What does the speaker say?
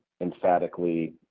emphatically